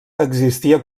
existia